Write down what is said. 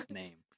name